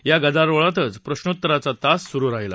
या गदारोळातच प्रश्नोत्तराचा तास सुरू राहिला